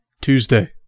Tuesday